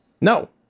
no